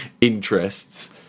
interests